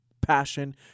passion